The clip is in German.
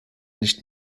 nicht